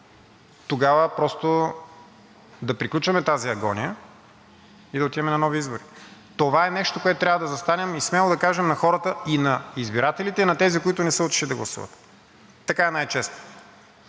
тогава просто да приключваме тази агония и да отиваме на нови избори. Това е нещото, което трябва да застанем и смело да кажем на хората – и на избирателите, и на тези, които не са отишли да гласуват. Така е най-честно.